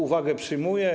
Uwagę przyjmuję.